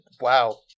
Wow